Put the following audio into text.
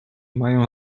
mają